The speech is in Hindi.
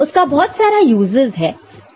उसका बहुत सारा उपयोग है